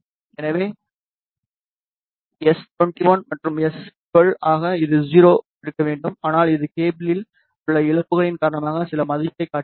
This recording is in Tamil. எனவே எஸ் 21 மற்றும் எஸ் 12 இது 0 ஆக இருக்க வேண்டும் ஆனால் இது கேபிளில் உள்ள இழப்புகளின் காரணமாக சில மதிப்பைக் காட்டுகிறது